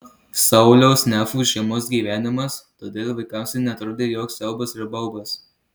sauliaus nefų šeimos gyvenimas todėl vaikams ji neatrodė joks siaubas ir baubas